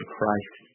Christ